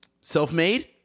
Self-Made